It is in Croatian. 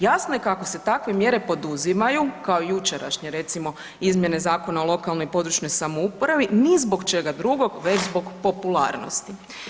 Jasno je kako se takve mjere poduzimaju kao i jučerašnje recimo, izmjene Zakona o lokalnoj i područnoj samoupravi ni zbog čega drugog već zbog popularnosti.